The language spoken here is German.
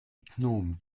gnom